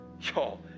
Y'all